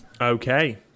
okay